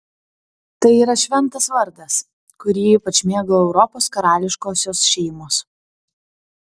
tai yra šventas vardas kurį ypač mėgo europos karališkosios šeimos